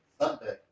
Sunday